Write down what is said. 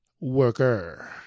Worker